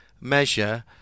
measure